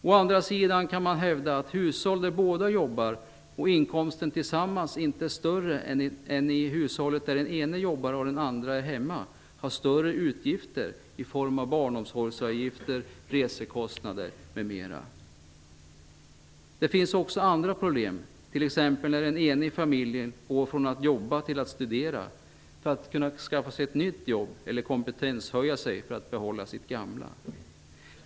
Å andra sidan kan man hävda att ett hushåll där båda jobbar och inkomsten tillsammans inte är större än i hushållet där en jobbar och den andre är hemma har större utgifter i form av barnomsorgsavgifter, resekostnader m.m. Det finns också andra problem, t.ex. när den ene i familjen går från att jobba till att studera, för att kunna skaffa ett nytt jobb eller kompetenshöjning för att behålla sitt gamla jobb.